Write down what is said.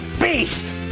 beast